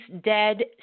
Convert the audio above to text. dead